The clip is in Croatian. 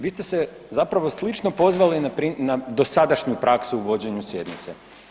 Vi ste se zapravo slično pozvali na dosadašnju praksu u vođenju sjednice.